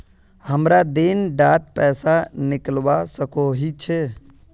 हमरा दिन डात पैसा निकलवा सकोही छै?